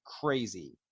crazy